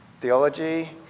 theology